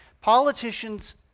Politicians